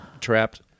trapped